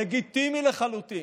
לגיטימי לחלוטין.